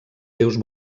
seus